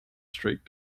street